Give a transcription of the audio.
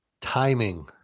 Timing